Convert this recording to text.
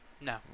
No